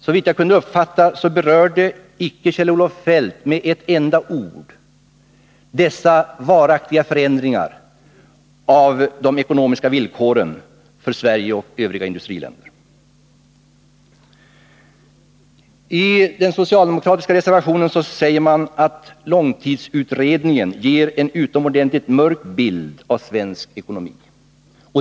Såvitt jag kunde uppfatta berörde han icke med ett enda ord dessa varaktiga förändringar av de ekonomiska villkoren för Sverige och övriga industriländer. I den socialdemokratiska reservationen säger man att långtidsutredningen ger en utomordentligt mörk bild av svensk ekonomi.